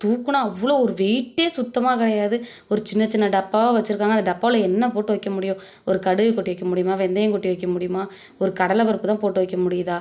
தூக்குனா அவ்வளோ ஒரு வெயிட்டே சுத்தமாக கிடையாது ஒரு சின்ன சின்ன டப்பாவாக வச்சுருக்காங்க அந்த டப்பாவில என்ன போட்டு வைக்க முடியும் ஒரு கடுகு கொட்டி வைக்க முடியுமா வெந்தயம் கொட்டி வைக்க முடியுமா ஒரு கடலை பருப்பு தான் போட்டு வைக்க முடியுதா